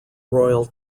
royal